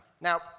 Now